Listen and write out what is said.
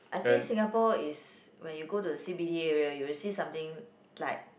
I think Singapore is when you go to the C_b_D area you will see something like